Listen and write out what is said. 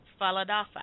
Faladafa